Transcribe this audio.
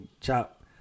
chop